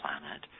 planet